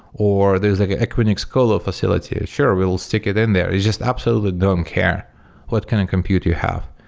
or there's like an equinox colo facility. ah sure, we'll we'll stick in there. you just absolutely don't care what kind of compute you have.